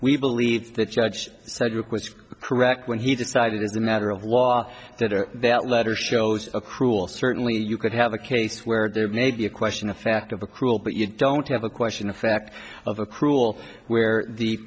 we believe that judge cedric was correct when he decided as a matter of law that or that letter shows a cruel certainly you could have a case where there may be a question of fact of a cruel but you don't have a question effect of a cruel where the